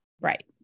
Right